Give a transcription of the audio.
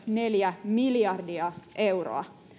neljä miljardia euroa